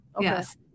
Yes